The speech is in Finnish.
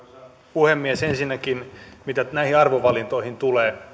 puhemies ensinnäkin mitä näihin arvovalintoihin tulee